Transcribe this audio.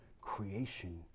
creation